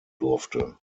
durfte